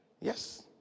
Yes